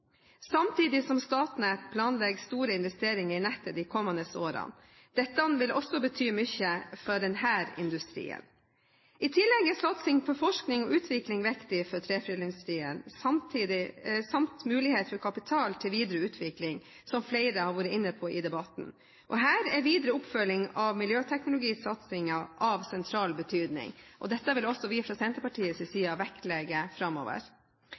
samtidig som Statnett planlegger store investeringer i nettet de kommende årene. Dette vil også bety mye for denne industrien. I tillegg er satsing på forskning og utvikling viktig for treforedlingsindustrien samt mulighet for kapital til videre utvikling, som flere har vært inne på i debatten. Her er videre oppfølging av miljøteknologisatsingen av sentral betydning. Dette vil også vi fra Senterpartiets side vektlegge framover.